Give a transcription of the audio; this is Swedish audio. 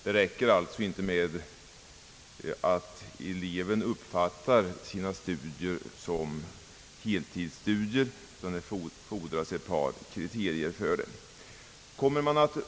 Det räcker alltså inte med att eleven uppfattar sina studier som heltidsstudier, utan det fordras ett par kriterier till härför.